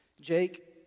Jake